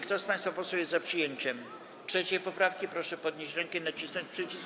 Kto z państwa posłów jest za przyjęciem 3. poprawki, proszę podnieść rękę i nacisnąć przycisk.